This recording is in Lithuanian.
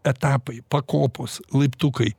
etapai pakopos laiptukai